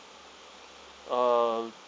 err